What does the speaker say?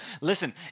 Listen